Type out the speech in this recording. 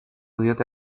diote